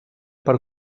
per